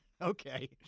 Okay